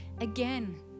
again